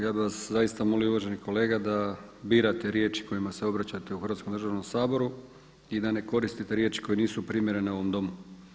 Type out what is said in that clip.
Ja bih vas zaista molio uvaženi kolega da birate riječi kojima se obraćate u Hrvatskom državnom saboru i da ne koristite riječi koje nisu primjerene ovom Domu.